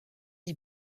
les